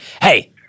hey